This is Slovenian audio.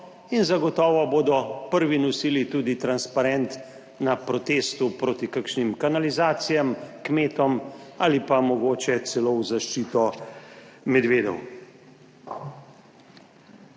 in zagotovo bodo prvi nosili tudi transparent na protestu proti kakšnim kanalizacijam, kmetom ali pa mogoče celo v zaščito medvedov.